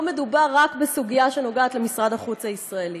ולא מדובר רק בסוגיה שנוגעת במשרד החוץ הישראלי.